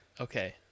Okay